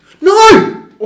No